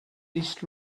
east